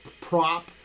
prop